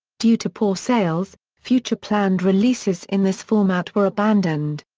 due to poor sales, future planned releases in this format were abandoned.